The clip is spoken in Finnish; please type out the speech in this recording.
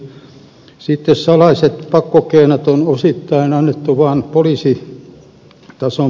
sitten salaiset pakkokeinot on osittain annettu vaan poliisitason päätettäväksi